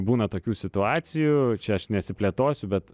būna tokių situacijų čia aš nesiplėtosiu bet